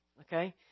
Okay